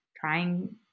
trying